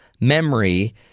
memory